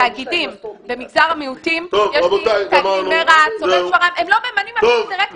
התאגידים במגזר המיעוטים --- הם לא ממנים אפילו דירקטור אחד.